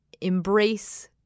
embrace